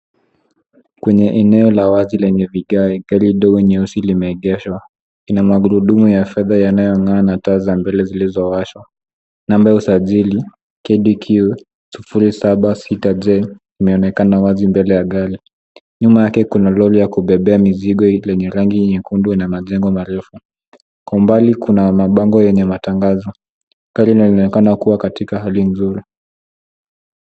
Kwenye eneo la wazi lenye vigae, gari ndogo nyeusi limeegeshwa ina magurudumu ya fedha yanayong'aa na taa za mbele zilizowashwa. Namba ya usajili ni KDQ 076J imeonekana wazi mbele ya gari. Nyuma yake kuna lori ya kubebea mizigo lenye rangi nyekundu na majengo marefu. Kwa umbali kuna mabango yenye matangazo. Gari linaonekana katika hali nzuri.